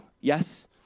Yes